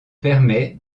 permet